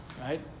Right